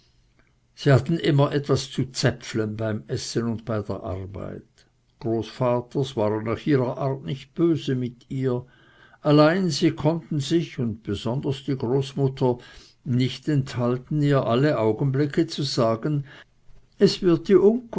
sie hatten immer etwas zu zäpflen beim essen und bei der arbeit großvaters waren nach ihrer art nicht böse mit ihr allein sie konnten sich und besonders die großmutter nicht enthalten ihr alle augenblicke zu sagen es wird